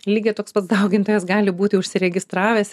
lygiai toks pat daugintojas gali būti užsiregistravęs